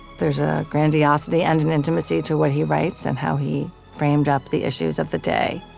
there's a grandiosity and an intimacy to what he writes and how he framed up the issues of the day.